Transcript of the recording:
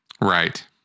right